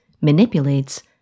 manipulates